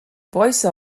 وایستا